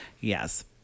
Yes